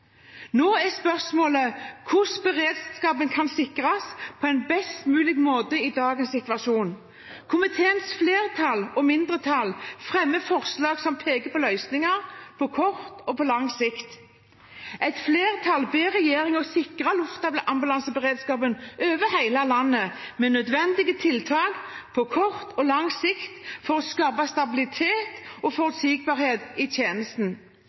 er spørsmålet hvordan beredskapen kan sikres på en best mulig måte i dagens situasjon. Komiteens flertall og mindretall fremmer forslag som peker på løsninger, på kort og på lang sikt. Et flertall ber regjeringen sikre luftambulanseberedskapen over hele landet, med nødvendige tiltak på kort og lang sikt for å skape stabilitet og forutsigbarhet i tjenesten.